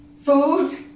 food